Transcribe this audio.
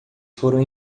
foram